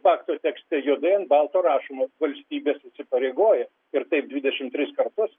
pakto tekste juodai ant balto rašoma valstybės įsipareigoja ir taip dvidešimt tris kartus